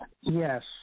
Yes